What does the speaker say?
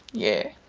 yeah,